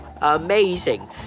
Amazing